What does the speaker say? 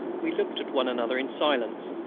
we looked at one another in silence.